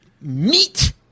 meat